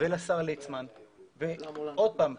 ולשר ליצמן וועד פעם,